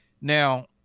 Now